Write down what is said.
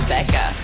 Becca